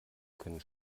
können